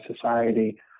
society